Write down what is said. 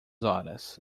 horas